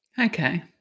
Okay